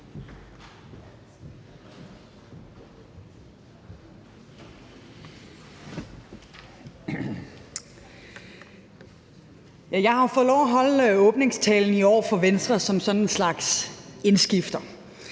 Jeg har jo fået lov til at holde åbningstalen i år for Venstre som sådan en slags indskifter.